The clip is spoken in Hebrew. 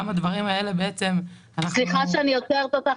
גם הדברים האלה בעצם --- סליחה שאני עוצרת אותך,